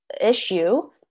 issue